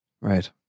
Right